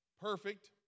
perfect